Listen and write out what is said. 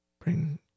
bring